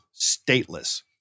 stateless